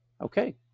Okay